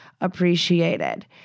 appreciated